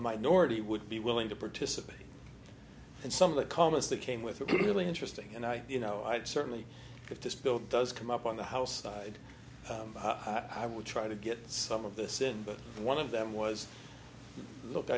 minority would be willing to participate and some of the comments that came with a really interesting and i you know i'd certainly if this bill does come up on the house side i would try to get some of this in but one of them was look